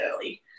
early